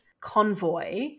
convoy